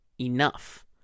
enough